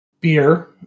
beer